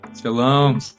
Shalom